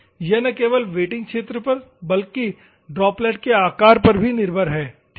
यह न केवल वेटिंग क्षेत्र पर बल्कि ड्रॉपलेट के आकार पर भी निर्भर है ठीक है